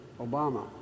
Obama